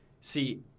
See